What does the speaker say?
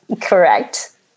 Correct